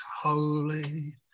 holy